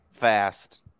fast